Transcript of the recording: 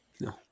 No